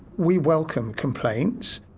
we welcome complaints.